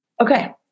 Okay